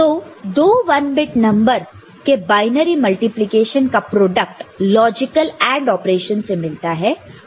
तो दो 1 bit number के बाइनरी मल्टीप्लिकेशन का प्रोडक्ट लॉजिकल AND ऑपरेशन से मिलता है